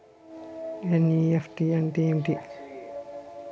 NEFT అంటే ఏమిటి?